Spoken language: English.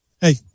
Hey